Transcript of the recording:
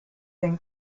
been